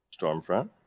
stormfront